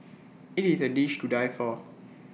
IT is A dish to die for